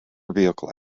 vehicle